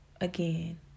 Again